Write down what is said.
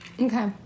Okay